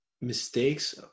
mistakes